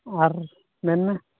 ᱟᱨ ᱢᱮᱱᱢᱮ